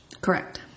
Correct